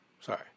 Sorry